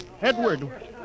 Edward